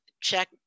check